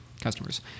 customers